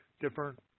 different